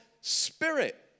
spirit